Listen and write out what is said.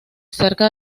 cerca